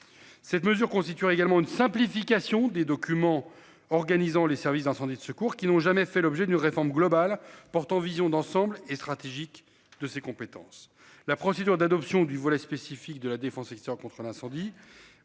Cette mesure constitue également une simplification des documents organisant les services d'incendie de secours qui n'ont jamais fait l'objet d'une réforme globale portant vision d'ensemble et stratégique de ses compétences. La procédure d'adoption du volet spécifique de la Défense secteur contre incendie